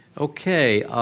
okay.